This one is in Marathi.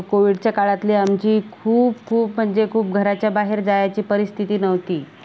कोविडच्या काळातली आमची खूप खूप म्हणजे खूप घराच्याबाहेर जायची परिस्थिती नव्हती